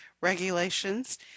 regulations